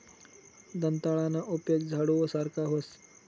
दंताळाना उपेग झाडू सारखा व्हस